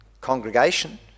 congregation